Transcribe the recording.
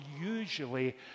usually